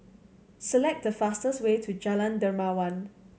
select the fastest way to Jalan Dermawan